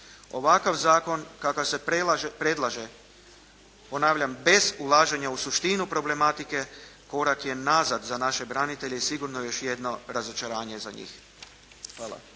Ovakav zakon kakav se predlaže ponavljam bez ulaženja u suštinu problematike korak je nazad za naše branitelje i sigurno još jedno razočaranje za njih. Hvala.